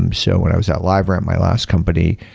um so when i was at liveramp, my last company,